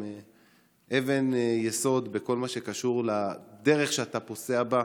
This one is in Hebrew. הם אבן יסוד בכל מה שקשור לדרך שאתה פוסע בה.